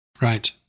Right